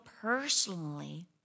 personally